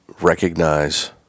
recognize